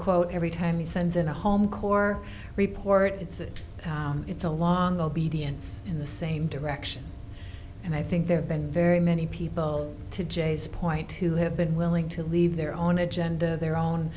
quote every time he sends in a home corps report it's that it's a long obedience in the same direction and i think they have been very many people to jay's point to have been willing to leave their own agenda their own